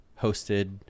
hosted